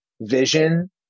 vision